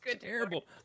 terrible